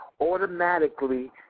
automatically